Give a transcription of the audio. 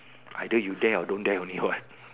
either you dare or don't dare only what